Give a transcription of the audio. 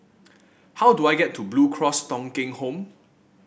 how do I get to Blue Cross Thong Kheng Home